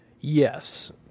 Yes